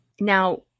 Now